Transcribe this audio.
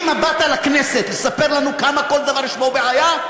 אם באת לכנסת לספר לנו כמה כל דבר יש בו בעיה,